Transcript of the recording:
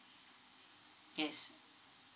yes